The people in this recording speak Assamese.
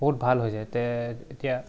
বহুত ভাল হৈছে তে এতিয়া